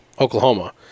Oklahoma